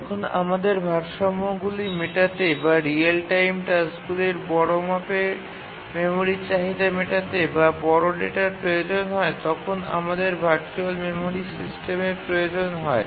যখন আমাদের ভারসাম্যগুলি মেটাতে বা রিয়েল টাইম টাস্কগুলির বড় মাপের মেমরির চাহিদা মেটাতে বা বড় ডেটার প্রয়োজন হয় তখন আমাদের ভার্চুয়াল মেমরি সিস্টেমের প্রয়োজন হয়